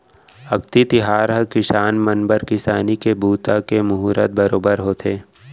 अक्ती तिहार ह किसान मन बर किसानी के बूता के मुहरत बरोबर होथे